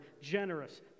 generous